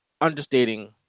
understating